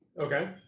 Okay